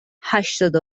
هشتاد